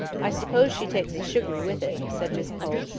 i suppose she takes the surgery with it, said miss pole,